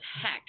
heck